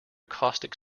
caustic